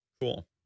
Cool